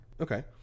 Okay